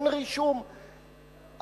אין רישום,